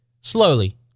slowly